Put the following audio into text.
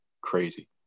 crazy